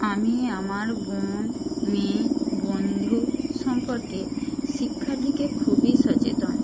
আমি আমার বোন মেয়ে বন্ধু সম্পর্কে শিক্ষার দিকে খুবই সচেতন